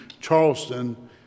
Charleston